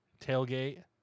tailgate